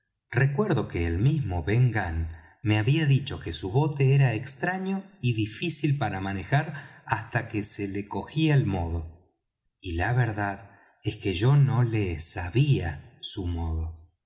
recuerdo que el mismo ben gunn me había dicho que su bote era extraño y difícil para manejar hasta que se le cogía el modo y la verdad es que yo no le sabía su modo